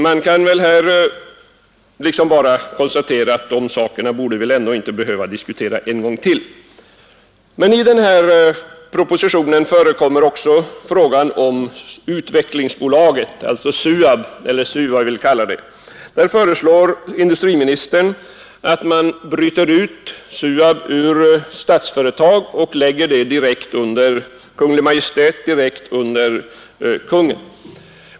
Man kan väl här bara konstatera, att vi inte borde behöva diskutera dessa saker en gång till. I propositionen 139 förekommer också frågan om Svenska utvecklingsaktiebolaget. Här föreslår industriministern att man bryter ut SUAB ur Statsföretag AB och lägger det direkt under Kungl. Maj:t.